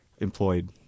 employed